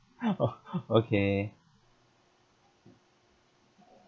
orh okay